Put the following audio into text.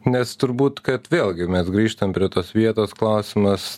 nes turbūt kad vėlgi mes grįžtam prie tos vietos klausimas